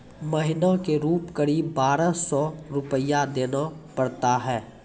महीना के रूप क़रीब बारह सौ रु देना पड़ता है?